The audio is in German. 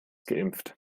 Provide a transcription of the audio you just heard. geimpft